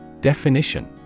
Definition